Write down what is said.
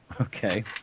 Okay